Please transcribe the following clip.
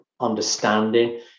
understanding